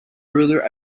ruler